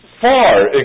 far